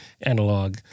analog